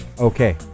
Okay